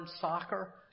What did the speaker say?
soccer